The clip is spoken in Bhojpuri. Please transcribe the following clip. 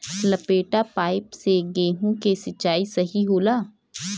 लपेटा पाइप से गेहूँ के सिचाई सही होला?